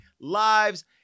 Lives